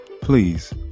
Please